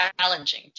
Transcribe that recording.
challenging